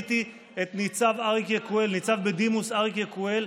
מיניתי את ניצב בדימוס אריק יקואל,